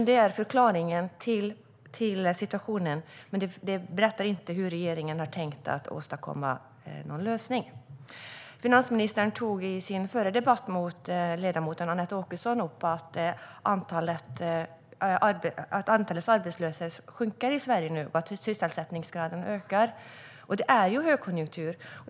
Det är förklaringen till situationen. Men det berättar inte hur regeringen har tänkt att åstadkomma någon lösning. Finansministern tog i sin förra debatt med ledamoten Annette Åkesson upp att antalet arbetslösa nu sjunker i Sverige och att sysselsättningsgraden ökar. Det är ju högkonjunktur.